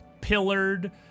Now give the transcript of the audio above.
pillared